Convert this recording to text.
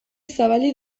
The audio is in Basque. zabalik